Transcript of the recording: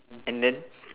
and then